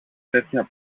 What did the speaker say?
τέτοια